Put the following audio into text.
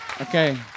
Okay